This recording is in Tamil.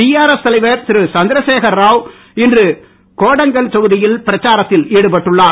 டிஆர்எஸ் தலைவர் திரு சந்திரசேகர்ராவ் இன்று கோடங்கல் தொகுதியில் பிரச்சாரத்தில் ஈடுபட்டுள்ளார்